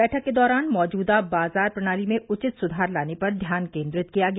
बैठक के दौरान मौजूदा बाजार प्रणाली में उचित सुधार लाने पर ध्यान केंद्रित किया गया